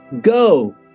go